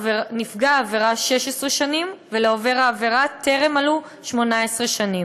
העבירה 16 שנים ולעובר העבירה טרם מלאו 18 שנים.